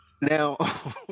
Now